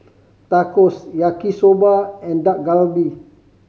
Tacos Yaki Soba and Dak Galbi